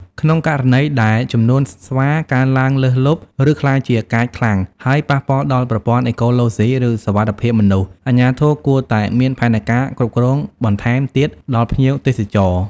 ក្នុងករណីដែលចំនួនស្វាកើនឡើងលើសលប់ ឬក្លាយជាកាចខ្លាំង ហើយប៉ះពាល់ដល់ប្រព័ន្ធអេកូឡូស៊ី ឬសុវត្ថិភាពមនុស្ស អាជ្ញាធរគួរតែមានផែនការគ្រប់គ្រងបន្ថែមទៀតដល់ភ្ញៀវទេសចរ។